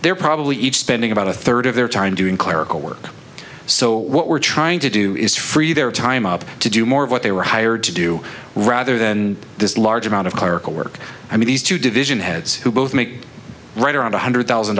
they're probably each spending about a third of their time doing clerical work so what we're trying to do is free their time up to do more of what they were hired to do rather than this large amount of work i mean these two division heads who both make right around one hundred thousand